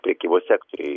prekybos sektoriai